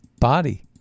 body